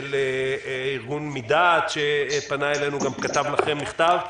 ארגון "מדעת" שפנה אלינו וגם כתב לכם מכתב,